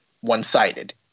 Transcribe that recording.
one-sided